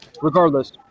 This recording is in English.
regardless